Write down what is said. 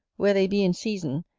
where they be in season,